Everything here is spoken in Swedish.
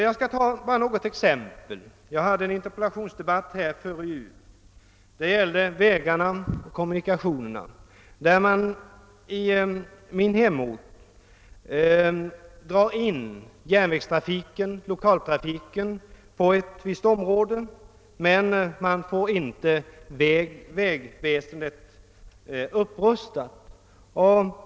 Jag skall bara ta något exempel, som belyser hur det handlas från högsta ort ibland. Jag hade en interpellation här i kammaren före jul och debatten gällde vägarna och kommunikationerna. Det är så att den lokala järnvägstrafiken på ett visst område dras in i min hemort utan att vägväsendet blir upprustat.